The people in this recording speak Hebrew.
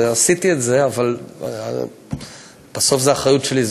עשיתי את זה, אבל בסוף זו אחריות שלי.